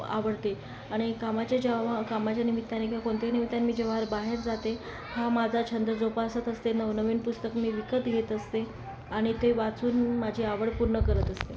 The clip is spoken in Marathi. आवडते आणि कामाचे जेव्हा कामाच्या निमित्ताने किंवा कोणत्याही निमित्तानं मी जेव्हा बाहेर जाते हा माझा छंद जोपासत असते नवनवीन पुस्तक मी विकत घेत असते आणि ते वाचून मी माझी आवड पूर्ण करत असते